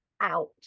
out